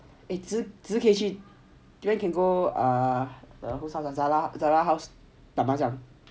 eh 几时可以去 when can go err whose [one] zara house